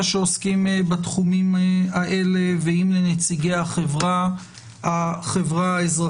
שעוסקים בתחומים האלה ואם לנציגי החברה האזרחית.